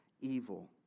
evil